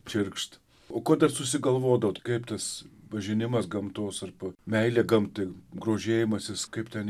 čirkšt o ko dar susigalvodavot kaip tas pažinimas gamtos ar meilė gamtai grožėjimasis kaip ten